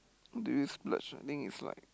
do you splurge I think it's like